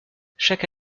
chaque